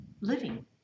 living